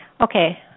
Okay